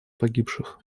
погибших